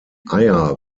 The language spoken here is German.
eier